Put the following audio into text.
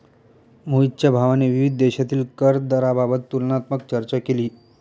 मोहितच्या भावाने विविध देशांतील कर दराबाबत तुलनात्मक चर्चा केली